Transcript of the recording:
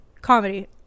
Comedy